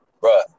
bro